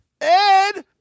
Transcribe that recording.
Ed